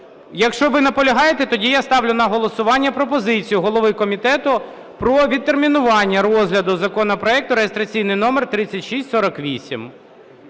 Якщо ви наполягаєте, тоді я ставлю на голосування пропозицію голови комітету про відтермінування розгляду законопроекту реєстраційний номер 3648